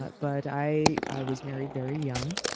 but but i i was married very young.